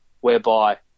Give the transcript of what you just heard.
whereby